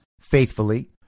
faithfully